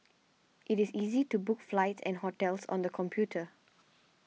it is easy to book flights and hotels on the computer